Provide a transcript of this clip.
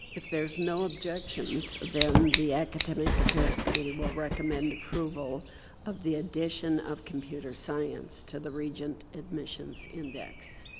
if there is no objections, then the academic affairs committee will recommend approval of the addition of computer science to the regent admissions index.